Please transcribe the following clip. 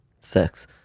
Sex